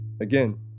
again